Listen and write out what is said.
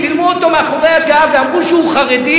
צילמו אותו מאחורי הגב ואמרו שהוא חרדי,